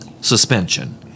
suspension